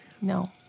No